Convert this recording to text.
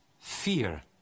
fear